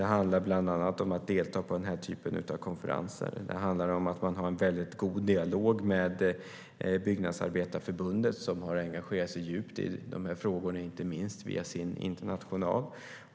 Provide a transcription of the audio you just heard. Det handlar bland annat om att delta i konferenser och om att ha en god dialog med Byggnadsarbetareförbundet, som har engagerat sig djupt i dessa frågor, inte minst via sin international.